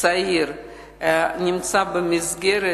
צעיר נמצא במסגרת,